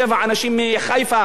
ששייכים למגזר הערבי,